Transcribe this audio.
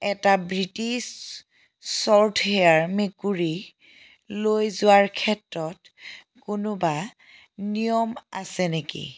এটা British short hair মেকুৰীলৈ যোৱাৰ ক্ষেত্ৰত কোনোবা নিয়ম আছে নেকি